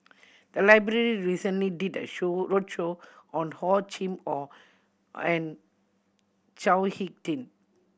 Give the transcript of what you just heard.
the library recently did a show roadshow on Hor Chim Or and Chao Hick Tin